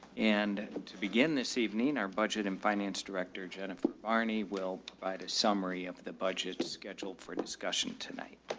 and to begin this evening, our budget and finance director, jennifer barney will provide a summary of the budget scheduled for discussion tonight.